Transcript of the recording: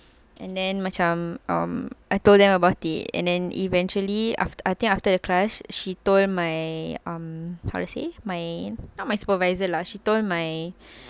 and then macam um I told them about it and then eventually af~ I think after the class she told my um how to say my not my supervisor lah she told my